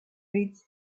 reads